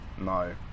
No